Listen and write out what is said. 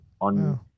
on –